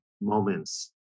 moments